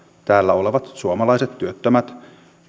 täällä olevat suomalaiset työttömät